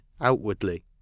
outwardly